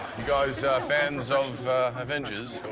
guys fans of avengers?